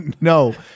No